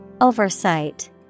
Oversight